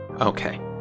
Okay